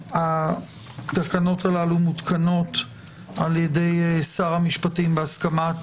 התקנות הללו מותקנות על ידי שר המשפטים, בהסכמת